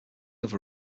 other